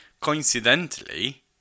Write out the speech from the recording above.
coincidentally